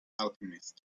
alchemist